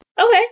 Okay